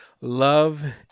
Love